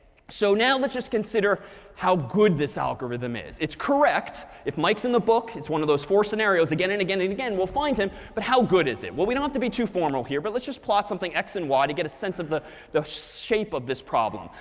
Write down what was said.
so now, let's just consider how good this algorithm is. it's correct. if mike's in the book, it's one of those four scenarios again and again and again, we'll find him. but how good is it? well, we don't have to be too formal here. but let's just plot something, x and y, to get a sense of the the shape of this problem.